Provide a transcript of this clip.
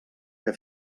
que